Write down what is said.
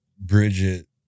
Bridget